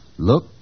Look